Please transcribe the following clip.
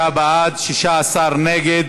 59 בעד, 16 נגד.